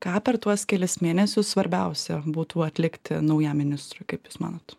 ką per tuos kelis mėnesius svarbiausia būtų atlikti naujam ministrui kaip jūs manot